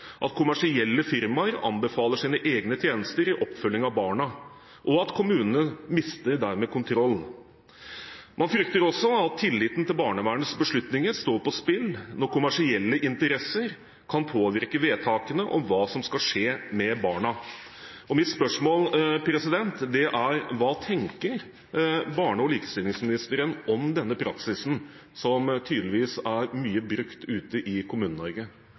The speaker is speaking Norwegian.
at kommersielle firmaer anbefaler sine egne tjenester i oppfølgingen av barna, og at kommunene dermed mister kontroll. Man frykter også at tilliten til barnevernets beslutninger står på spill når kommersielle interesser kan påvirke vedtakene om hva som skal skje med barna. Mitt spørsmål er: Hva tenker barne-, likestillings- og inkluderingsministeren om denne praksisen, som tydeligvis er mye brukt ute i